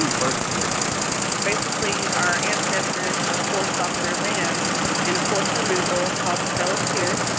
um first, a bit about the tribe basically, our ancestors were forced off their land in a forced removal called the trail of tears.